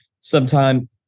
sometime